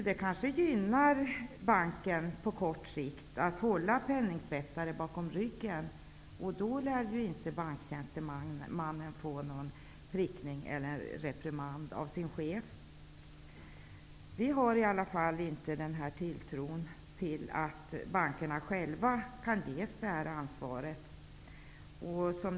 Det kanske gynnar banken på kort sikt att hålla penningtvättare bakom ryggen. Är det så lär banktjänstemannen inte få någon prickning eller reprimand av sin chef. Vi i Vänsterpartiet har i alla fall inte någon tilltro till att det är möjligt att bankerna ges detta ansvar.